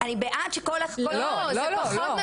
אני בעד --- לא, לא.